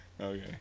Okay